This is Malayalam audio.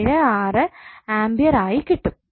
4076 A ആയി കിട്ടും